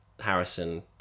harrison